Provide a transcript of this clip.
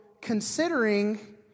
considering